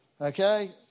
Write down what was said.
Okay